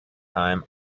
time